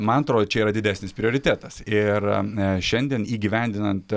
man atrodo čia yra didesnis prioritetas ir šiandien įgyvendinant